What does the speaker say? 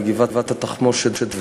בגבעת-התחמושת,